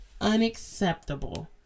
unacceptable